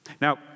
Now